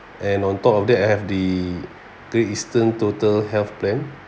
and on top of that I have the great eastern total health plan